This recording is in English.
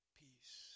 peace